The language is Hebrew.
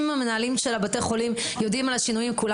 אם המנהלים של בתי החולים יודעים על השינויים - כולם